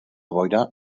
boira